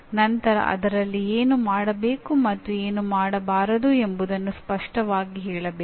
ನಂತರ ಅದರಲ್ಲಿ ಏನು ಮಾಡಬೇಕು ಮತ್ತು ಏನು ಮಾಡಬಾರದು ಎಂಬುದನ್ನು ಸ್ಪಷ್ಟವಾಗಿ ಹೇಳಬೇಕು